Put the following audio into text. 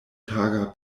taga